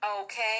Okay